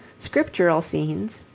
scriptural scenes,